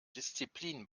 disziplin